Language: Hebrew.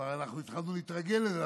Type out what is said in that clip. אנחנו כבר התחלנו להתרגל לזה.